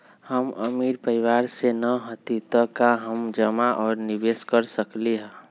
हम अमीर परिवार से न हती त का हम जमा और निवेस कर सकली ह?